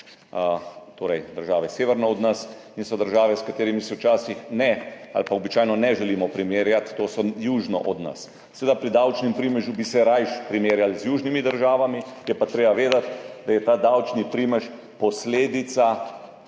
torej države severno od nas, in so države, s katerimi se včasih ali pa običajno ne želimo primerjati, to so države južno od nas. Seveda bi se pri davčnem primežu rajši primerjali z južnimi državami, je pa treba vedeti, da je ta davčni primež posledica